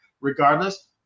Regardless